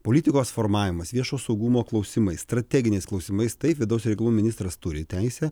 politikos formavimas viešo saugumo klausimai strateginiais klausimais taip vidaus reikalų ministras turi teisę